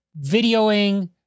videoing